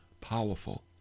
powerful